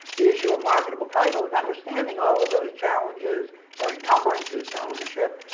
the issue of marketable title is understanding all of those challenges are encumbrances to ownership,